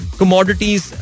commodities